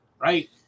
right